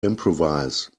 improvise